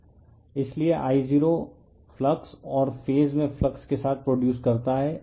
refer slide time 2309 इसलिए I0 flux और phase में फ्लक्स के साथ प्रोडयूज़ करता है